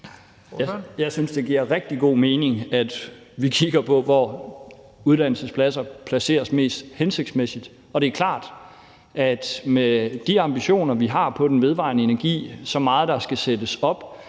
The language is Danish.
Jeg synes, det giver rigtig god mening, at vi kigger på, hvor uddannelsespladser placeres mest hensigtsmæssigt, og det er klart, at med de ambitioner, vi har på den vedvarende energi, og med så meget, der skal sættes op,